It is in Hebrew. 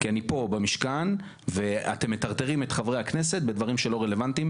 כי אני פה במשכן ואתם מטרטרים את חברי הכנסת בדברים שלא רלוונטיים